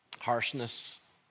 harshness